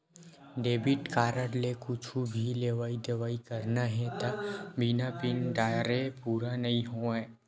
debit card ले कुछु भी लेवइ देवइ करना हे त बिना पिन डारे पूरा नइ होवय